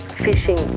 fishing